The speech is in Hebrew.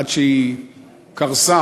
עד שהיא קרסה,